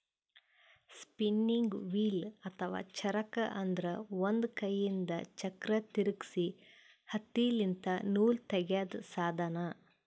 spinning wheel ಅಥವಾ ಚರಕ ಅಂದ್ರ ಒಂದ್ ಕೈಯಿಂದ್ ಚಕ್ರ್ ತಿರ್ಗಿಸಿ ಹತ್ತಿಲಿಂತ್ ನೂಲ್ ತಗ್ಯಾದ್ ಸಾಧನ